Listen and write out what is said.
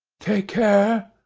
take care!